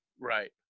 Right